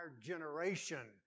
generation